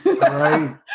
right